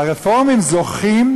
והרפורמים זוכים,